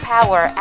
Power